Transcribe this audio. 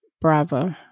Bravo